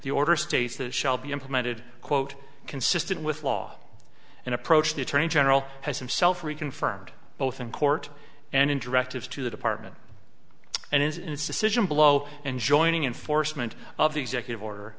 that shall be implemented quote consistent with law and approach the attorney general has himself reconfirmed both in court and in directives to the department and is in its decision below and joining in force meant of the executive order